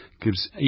gives